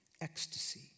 ecstasy